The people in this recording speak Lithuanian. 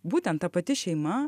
būtent ta pati šeima